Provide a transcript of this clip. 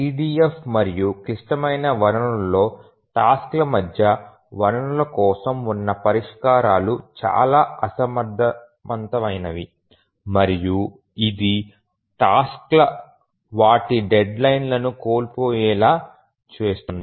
EDF మరియు క్లిష్టమైన వనరులలోని టాస్క్ ల మధ్య వనరుల కోసం ఉన్న పరిష్కారాలు చాలా అసమర్థమైనవి మరియు ఇది టాస్క్ లు వాటి డెడ్లైన్ లను కోల్పోయేలా చేస్తుంది